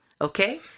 Okay